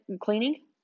Cleaning